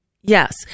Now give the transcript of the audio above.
Yes